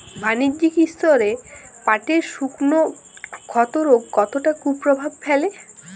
বাণিজ্যিক স্তরে পাটের শুকনো ক্ষতরোগ কতটা কুপ্রভাব ফেলে?